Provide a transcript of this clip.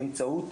באמצעות,